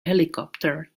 helicopter